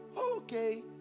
okay